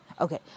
Okay